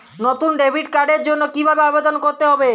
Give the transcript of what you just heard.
নতুন ডেবিট কার্ডের জন্য কীভাবে আবেদন করতে হবে?